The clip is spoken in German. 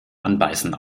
anbeißen